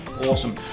awesome